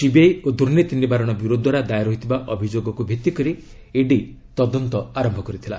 CBI ଓ ଦୁର୍ନୀତି ନିବାରଣ ବ୍ୟୁରୋ ଦ୍ୱାରା ଦାଏର ହୋଇଥିବା ଅଭିଯୋଗକୁ ଭିତ୍ତିକରି ଇଡି ତଦନ୍ତ ଆରମ୍ଭ କରିଥିଲା